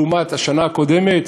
לעומת השנה הקודמת,